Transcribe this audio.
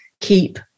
keep